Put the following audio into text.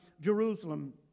Jerusalem